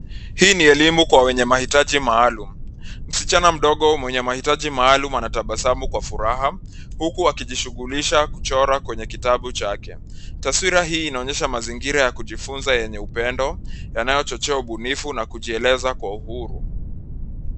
Hii ni elimu kwa wenye mahitaji maalum, msichana mdogo mwenye mahitaji maalum anatabasamu kwa furaha huku akijishughulisha kuchora kwenye kitabu chake. Taswira hii inaonyesha mazingira ya kujifunza yenye upendo yanayochochea ubunifu na kujieleza kwa uhuru.